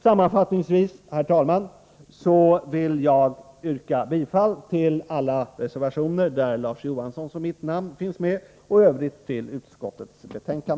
Sammanfattningsvis, herr talman, yrkar jag bifall till alla reservationer på vilka Larz Johanssons och mitt namn finns med och i övrigt till utskottets hemställan.